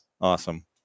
Awesome